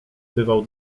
bywał